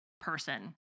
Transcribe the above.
person